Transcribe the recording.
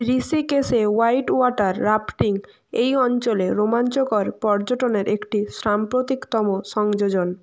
ঋষিকেশে white water rafting এই অঞ্চলে রোমাঞ্চকর পর্যটনের একটি সাম্প্রতিকতম সংযোজন